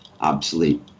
obsolete